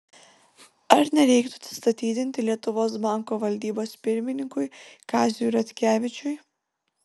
ar nereiktų atsistatydinti lietuvos banko valdybos pirmininkui kaziui ratkevičiui